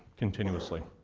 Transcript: continuously.